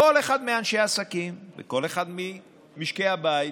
כל אחד מאנשי העסקים וכל אחד ממשקי הבית,